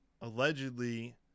allegedly –